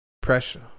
Pressure